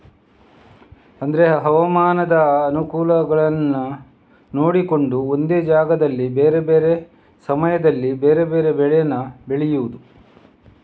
ಅಂದ್ರೆ ಹವಾಮಾನದ ಅನುಕೂಲಗಳನ್ನ ನೋಡಿಕೊಂಡು ಒಂದೇ ಜಾಗದಲ್ಲಿ ಬೇರೆ ಬೇರೆ ಸಮಯದಲ್ಲಿ ಬೇರೆ ಬೇರೆ ಬೆಳೇನ ಬೆಳೆಯುದು